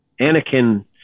Anakin